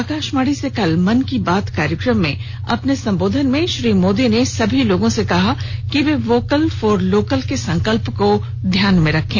आकाशवाणी से कल मन की बात कार्यक्रम में अपने सम्बोधन में श्री मोदी ने सभी लोगों से कहा कि वे वोकल फॉर लोकल के संकल्प को ध्यान में रखें